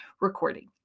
recording